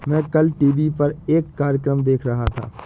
मैं कल टीवी पर एक कार्यक्रम देख रहा था